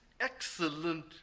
excellent